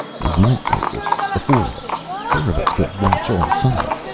we might make it. the four of us. four of us could watch all sides.